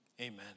Amen